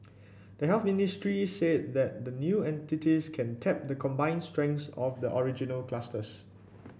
the Health Ministry said that the new entities can tap the combined strengths of the original clusters